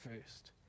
first